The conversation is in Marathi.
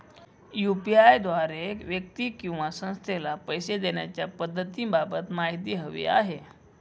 यू.पी.आय द्वारे व्यक्ती किंवा संस्थेला पैसे देण्याच्या पद्धतींबाबत माहिती हवी आहे